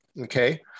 Okay